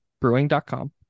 brewing.com